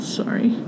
sorry